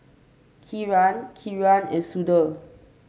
Kiran Kiran and Sudhir